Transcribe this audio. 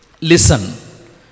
listen